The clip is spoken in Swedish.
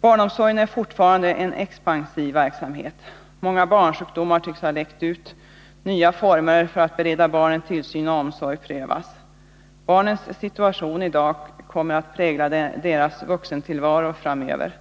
Barnomsorgen är fortfarande en expansiv verksamhet. Många ”barnsjukdomar” tycks ha läkt ut, och nya former för att bereda barnen tillsyn och omsorg prövas. Barnens situation i dag kommer att prägla deras vuxentillvaro framöver.